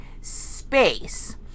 space